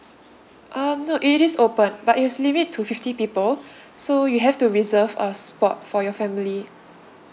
um no it is open but it is limit to fifty people so you have to reserve us for for your family